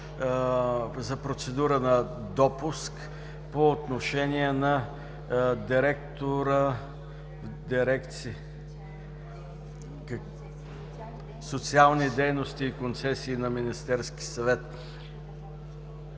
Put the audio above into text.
процедура на допуск по отношение на директора на дирекция „Социални дейности и концесии“ при Министерския съвет